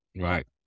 Right